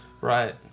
Right